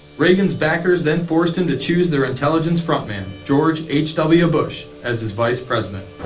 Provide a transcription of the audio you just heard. reagan's backers then forced him to choose their intelligence front man, george h. w. bush as his vice-president.